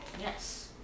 Yes